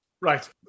Right